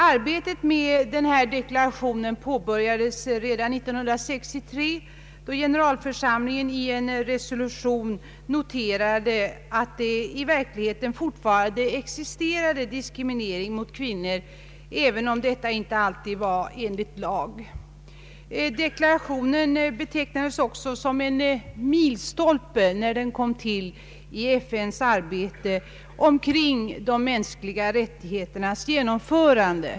Arbetet med den här deklarationen påbörjades redan 1963, då generalförsamlingen i en resolution noterade att det i verkligheten fortfarande existerade diskriminering mot kvinnor, även om detta inte alltid var enligt lag. Deklarationen betecknades också som en milstolpe när den kom till i FN:s arbete för de mänskliga rättigheternas genomförande.